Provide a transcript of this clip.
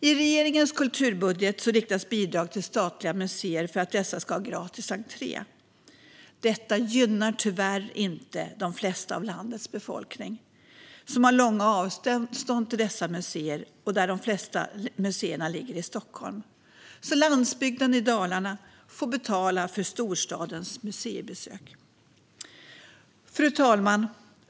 I regeringens kulturbudget riktas bidrag till statliga museer för att dessa ska ha gratis entré. Detta gynnar tyvärr inte större delen av landets befolkning, som har långa avstånd till dessa museer. De flesta museerna ligger i Stockholm. Landsbygden i Dalarna får betala för storstadens museibesök. Fru talman!